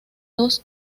dos